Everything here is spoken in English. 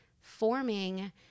forming